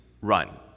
Run